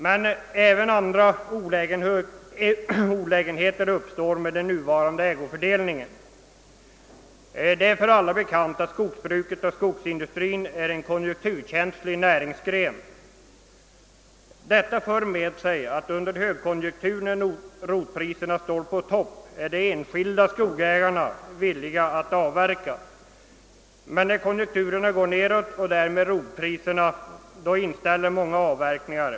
Men även andra olägenheter uppstår vid den nuvarande ägofördelningen. Det är för alla bekant att skogsbruket och skogsindustrin är en konjunkturkänslig näringsgren. Detta medför att de enskilda skogsägarna under högkonjunkturer när rotpriserna är som högst är villiga att avverka, medan många vid en konjunkturnedgång med åtföljande sänkning av rotpriserna inställer avverkningarna.